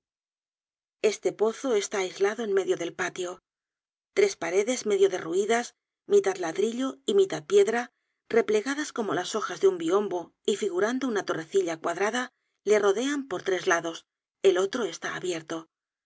este pozo está aislado en medio del patio tres paredes medio derruidas mitad ladrillo y mitad piedra replegadas como las hojas de un biombo y figurando una torrecilla cuadrada le rodean por tres lados el otro está abierto